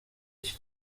iki